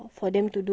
then